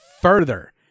further